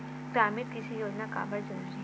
ग्रामीण कृषि योजना काबर जरूरी हे?